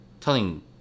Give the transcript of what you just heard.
telling